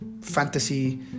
fantasy